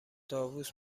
طاووس